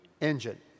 engine